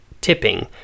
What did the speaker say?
tipping